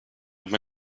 aber